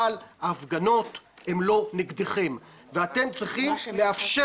אבל ההפגנות הן לא נגדכם ואתם צריכים לאפשר